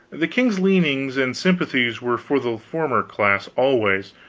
the king's leanings and sympathies were for the former class always,